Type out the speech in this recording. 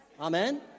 Amen